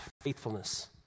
faithfulness